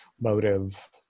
motive